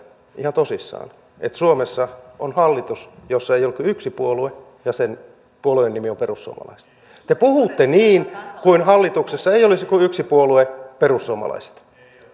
ihan tosissaan että suomessa on hallitus jossa ei ole kuin yksi puolue ja sen puolueen nimi on perussuomalaiset te puhutte niin kuin hallituksessa ei olisi kuin yksi puolue perussuomalaiset